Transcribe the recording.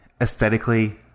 aesthetically